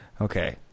Okay